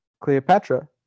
Cleopatra